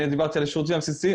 אני דיברתי על השירותים הבסיסיים.